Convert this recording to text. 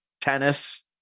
tennis